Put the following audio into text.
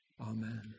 Amen